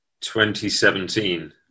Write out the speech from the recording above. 2017